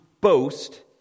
boast